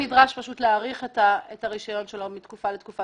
תושב ארעי נדרש להאריך את הרישיון שלו מתקופה לתקופה,